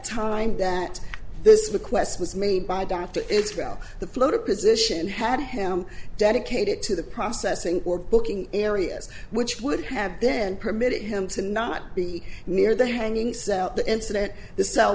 time that this request was made by dr israel the floater position had him dedicated to the processing or booking areas which would have then permitted him to not be near the hanging cell the incident the cell